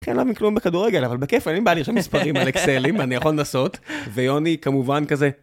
אחי אני לא מבין כלום בכדורגל אבל בכיף אין לי בעיה לרשום מספרים על אקסלים אני יכול לנסות ויוני כמובן כזה